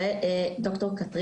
זאת אומרת,